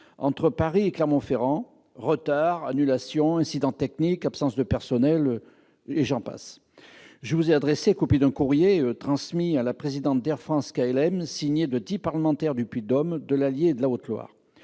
entre Paris et Clermont-Ferrand : retards, annulations, incidents techniques, absence de personnel, et j'en passe ... Je vous ai adressé copie d'un courrier transmis à la présidente d'Air France-KLM signé de dix parlementaires du Puy-de-Dôme, de l'Allier et de la Haute-Loire.